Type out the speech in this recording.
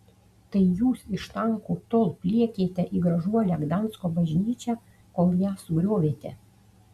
tai jūs iš tankų tol pliekėte į gražuolę gdansko bažnyčią kol ją sugriovėte